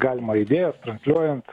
galima idėjas transliuojant